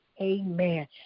amen